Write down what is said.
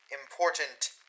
important